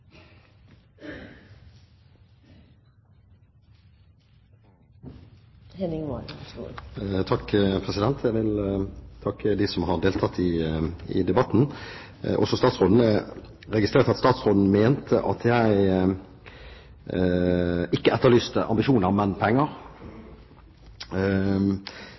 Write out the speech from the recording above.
deltatt i debatten, også statsråden. Jeg registrerte at statsråden mente at jeg ikke etterlyste ambisjoner, men penger.